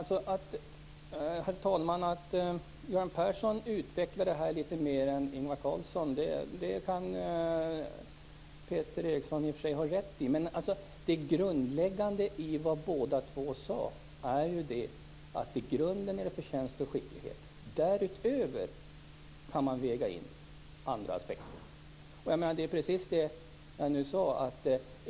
Herr talman! Att Göran Persson utvecklade detta litet mera än Ingvar Carlsson kan Peter Eriksson i och för sig ha rätt i. Men båda två sade att det i grunden är förtjänst och skicklighet som är avgörande. Därutöver kan man väga in andra aspekter.